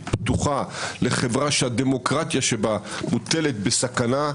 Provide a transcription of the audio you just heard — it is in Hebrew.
פתוחה לחברה שהדמוקרטיה שבה מוטלת בסכנה,